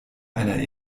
einer